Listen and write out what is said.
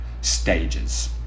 stages